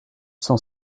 cent